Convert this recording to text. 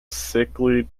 sickly